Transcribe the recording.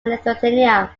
lithuania